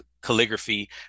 calligraphy